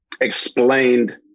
explained